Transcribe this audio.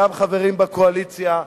גם לחברים בקואליציה,